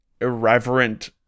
Irreverent